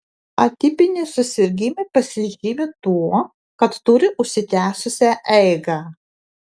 atipiniai susirgimai pasižymi tuo kad turi užsitęsusią eigą